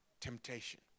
temptation